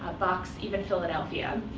ah bucks, even philadelphia.